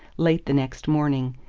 late the next morning,